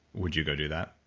would you go do that?